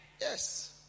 Yes